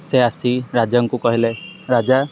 ସେ ଆସି ରାଜାଙ୍କୁ କହିଲେ ରାଜା